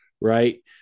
Right